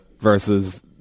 versus